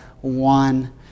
one